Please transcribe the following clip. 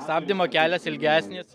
stabdymo kelias ilgesnis